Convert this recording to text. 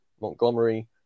Montgomery